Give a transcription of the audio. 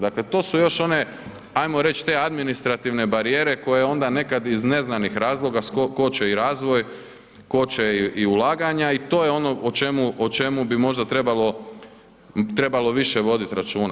Dakle to su još one ajmo reći te administrativne barijere koje onda iz nekad iz neznanih razvoja koče i razvoj, koče i ulaganja i to je ono o čemu bi možda trebalo više voditi računa.